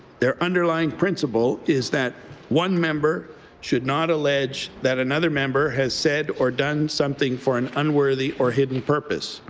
their underlining principle is that one member should not allege that another member has said or done something for an unworthy or hidden purpose.